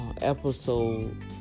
episode